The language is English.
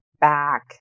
back